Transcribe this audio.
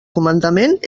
comandament